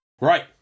Right